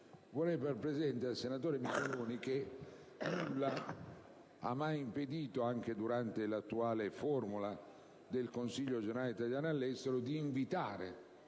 vorrei far presente al senatore Micheloni che nulla ha mai impedito, anche durante l'attuale formula del Consiglio generale degli italiani all'esterno, di invitare